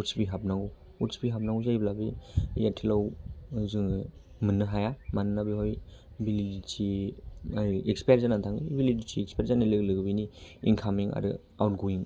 OTP हाबनांगौ OTP हाबनांगौ जायोब्ला बे एयारटेलाव जोङो मोननो हाया मानोना बेयावहाय भेलिडिटि आमफ्राय एक्सपायार जानानै थाङो भेलिडिटि एक्सपयार जानाय लोगो लोगो बिनि इन्कामिं आरो आउटगयिं